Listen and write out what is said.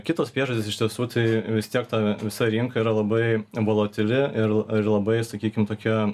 kitos priežastys iš tiesų tai vis tiek ta visa rinka yra labai volotili ir ir labai sakykim tokia